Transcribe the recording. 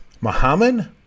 Muhammad